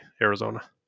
arizona